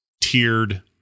tiered